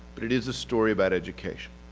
but it is a story about education.